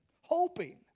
hoping